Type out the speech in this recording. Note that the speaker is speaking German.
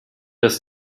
das